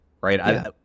right